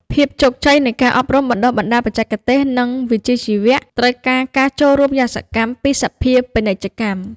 ភាពជោគជ័យនៃការអប់រំបណ្ដុះបណ្ដាលបច្ចេកទេស និងវិជ្ជាជីវៈ ត្រូវការការចូលរួមយ៉ាងសកម្មពីសភាពាណិជ្ជកម្ម។